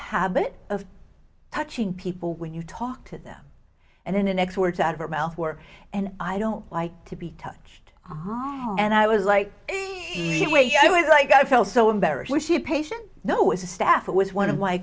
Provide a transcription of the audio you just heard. habit of touching people when you talk to them and then the next words out of her mouth were and i don't like to be touched and i was like wait i was like i felt so embarrassed she patient no was a staff it was one of my